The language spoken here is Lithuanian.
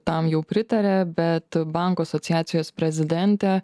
tam jau pritarė bet bankų asociacijos prezidentė